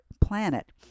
planet